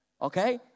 Okay